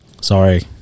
sorry